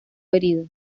herido